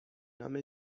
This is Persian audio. نام